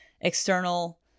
external